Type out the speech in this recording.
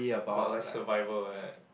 but like survival eh